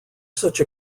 such